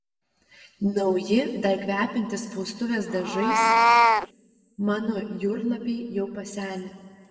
nauji dar kvepiantys spaustuvės dažais mano jūrlapiai jau pasenę